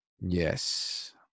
Yes